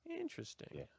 Interesting